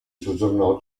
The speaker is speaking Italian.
soggiornò